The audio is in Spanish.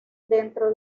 dentro